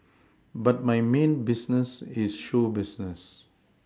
but my main business is show business